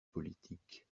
politique